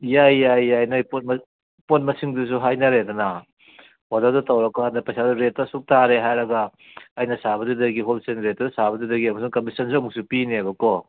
ꯌꯥꯏ ꯌꯥꯏ ꯌꯥꯏ ꯅꯣꯏ ꯄꯣꯠ ꯃꯁꯤꯡꯗꯨꯁꯨ ꯍꯥꯏꯅꯔꯦꯗꯅ ꯑꯣꯔꯗꯔꯗꯣ ꯇꯧꯔꯀꯥꯟꯗ ꯄꯩꯁꯥꯗꯣ ꯔꯦꯠꯇꯣ ꯑꯁꯨꯛ ꯇꯥꯔꯦ ꯍꯥꯏꯔꯒ ꯑꯩꯅ ꯁꯥꯕꯗꯨꯗꯒꯤ ꯍꯣꯜꯁꯦꯜ ꯔꯦꯠꯇ ꯁꯥꯕꯗꯨꯗꯒꯤ ꯑꯃꯨꯛꯁꯨ ꯀꯝꯃꯤꯁꯟꯁꯨ ꯑꯃꯨꯛꯁꯨ ꯄꯤꯅꯦꯕꯀꯣ